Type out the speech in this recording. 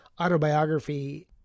autobiography